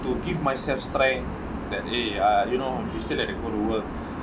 to give myself strength that eh I you know you still have to go to work